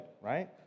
right